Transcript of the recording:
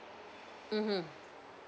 mmhmm